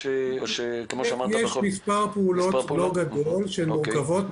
יש מספר פעולות לא גדול שהן מורכבות.